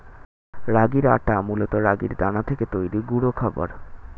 রাগির আটা মূলত রাগির দানা থেকে তৈরি গুঁড়ো খাবার